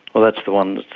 that's the one,